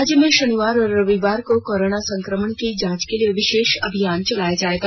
राज्य में शनिवार और रविवार को कोरोना संकमण की जांच के लिए विशेष अभियान चलाया जायेगा